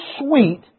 sweet